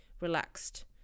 relaxed